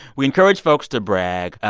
we encourage folks to brag.